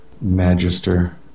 magister